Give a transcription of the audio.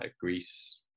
Greece